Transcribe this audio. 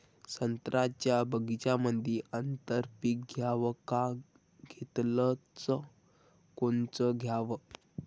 संत्र्याच्या बगीच्यामंदी आंतर पीक घ्याव का घेतलं च कोनचं घ्याव?